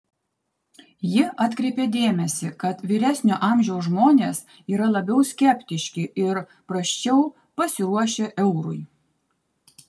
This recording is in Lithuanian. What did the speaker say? ji atkreipė dėmesį kad vyresnio amžiaus žmonės yra labiau skeptiški ir prasčiau pasiruošę eurui